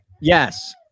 yes